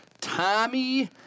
Tommy